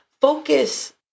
Focus